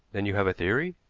then you have a theory?